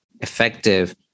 effective